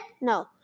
No